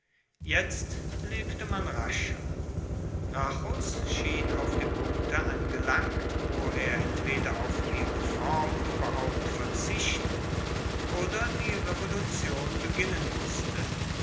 jetzt lebte man rascher gracchus schien auf dem punkte angelangt wo er entweder auf die reform überhaupt verzichten oder die revolution beginnen mußte